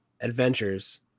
adventures